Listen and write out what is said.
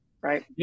right